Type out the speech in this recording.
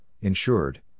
insured